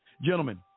Gentlemen